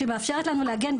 שמאפשרת לנו להגן,